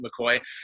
McCoy